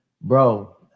Bro